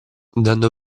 dando